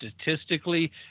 statistically